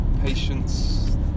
patience